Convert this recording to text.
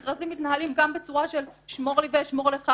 מכרזים מתנהלים גם בצורה של שמור לי ואשמור לך,